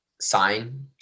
sign